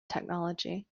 technology